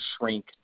shrink